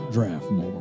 Draftmore